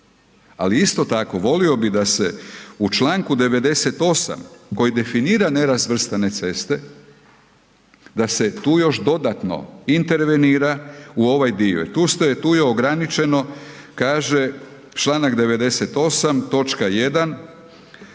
ali isto tako volio bih da se u članku 98. koji definira nerazvrstane ceste da se tu još dodatno intervenira u ovaj dio jel tu je ograničeno, kaže članak 98.